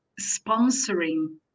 sponsoring